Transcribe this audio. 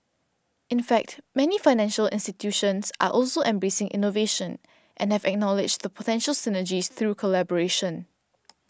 in fact many financial institutions are also embracing innovation and have acknowledged the potential synergies through collaboration